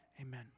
Amen